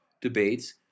debates